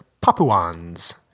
Papuans